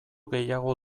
gehiago